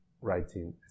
writing